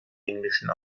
englischen